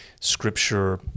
scripture